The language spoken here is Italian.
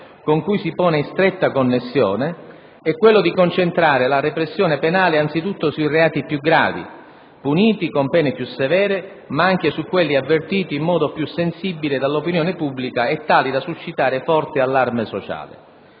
con cui si pone in stretta connessione - è quello di concentrare la repressione penale anzitutto sui reati più gravi, puniti con pene più severe, ma anche su quelli avvertiti in modo più sensibile dall'opinione pubblica e tali da suscitare forte allarme sociale.